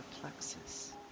plexus